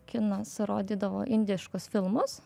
kinas rodydavo indiškus filmus